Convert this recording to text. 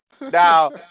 Now